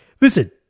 listen